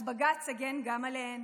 אז בג"ץ הגן גם עליהן,